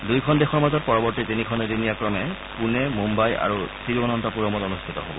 দুয়োখন দেশৰ মাজত পৰৱৰ্তী তিনিখন এদিনীয়া ক্ৰমে পূণে মুম্বাই আৰু তিৰুৱনন্তপুৰমত অনুষ্ঠিত হ'ব